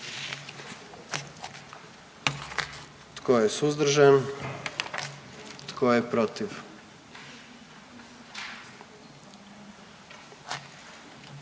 Tko je suzdržan? Tko je protiv?